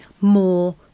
more